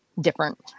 different